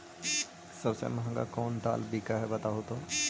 सबसे महंगा कोन दाल बिक है बताहु तो?